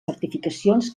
certificacions